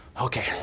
okay